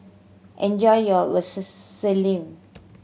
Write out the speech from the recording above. enjoy your Vermicelli